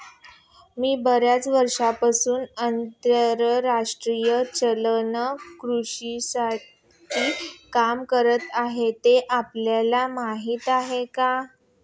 मी बर्याच वर्षांपासून आंतरराष्ट्रीय चलन कोशासाठी काम करत आहे, ते आपल्याला माहीत आहे का?